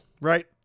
right